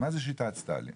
מה זה שיטת סטאלין?